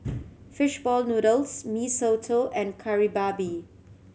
fish ball noodles Mee Soto and Kari Babi